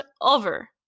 over